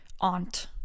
aunt